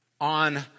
on